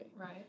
Right